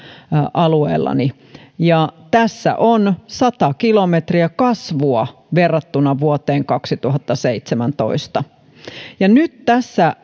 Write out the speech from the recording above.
alueellani ja tässä on sata kilometriä kasvua verrattuna vuoteen kaksituhattaseitsemäntoista nyt